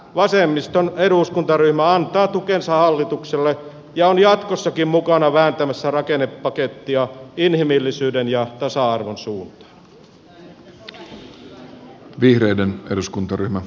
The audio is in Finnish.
vasemmiston eduskuntaryhmä antaa tukensa hallitukselle ja on jatkossakin mukana vääntämässä rakennepakettia inhimillisyyden ja tasa arvon suuntaan